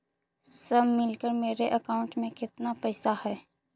सब मिलकर मेरे अकाउंट में केतना पैसा है?